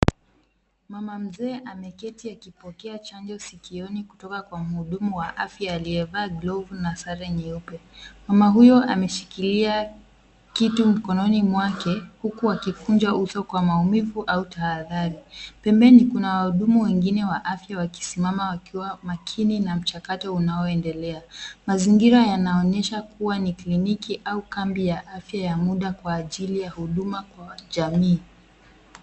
Mama mzee ameketi akipokea chanjo sikioni kutoka kwa mhudumu wa afya aliyevaa glovu na sare nyeupe. Mama huyo ameshikilia kitu mkononi mwake huku akikunja uso kwa maumivu au tahadhari. Pembeni kuna wahudumu wengine wa afya wakisimama wakiwa makini na mchakato unaoendelea. Mazingira yanaonyesha kuwa ni kliniki au kambi ya afya kwa muda kwa ajili ya huduma kwa jamii.